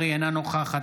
אינו נוכח מירב בן ארי,